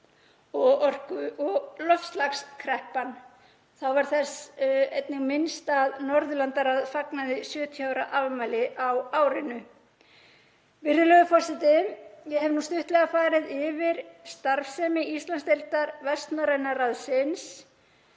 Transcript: og loftslagskreppan. Þá var þess einnig minnst að Norðurlandaráð fagnaði 70 ára afmæli á árinu. Virðulegur forseti. Ég hef nú stuttlega farið yfir starfsemi Íslandsdeildar Vestnorræna ráðsins